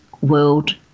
World